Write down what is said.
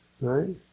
right